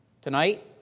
Tonight